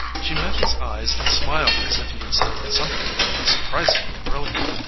she met his eyes and smiled as if he had said something surprisingly brilliant.